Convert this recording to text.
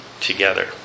together